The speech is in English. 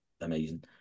amazing